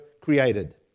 created